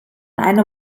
eine